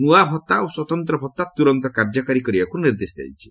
ନୂଆ ଭତ୍ତା ଓ ସ୍ୱତନ୍ତ୍ର ଭତ୍ତା ତୁରନ୍ତ କାର୍ଯ୍ୟକାରୀ କରିବାକୁ ନିର୍ଦ୍ଦେଶ ଦିଆଯାଇଛି